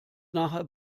nachher